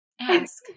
ask